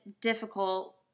difficult